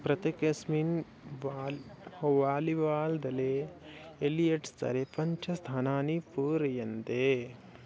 प्रत्येकस्मिन् ball volleyball दले elite स्तरे पञ्चस्थानानि पूरयन्ते